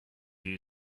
you